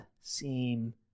seem